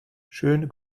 schöne